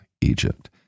Egypt